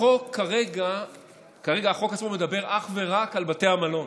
כרגע החוק עצמו מדבר אך ורק על בתי מלון.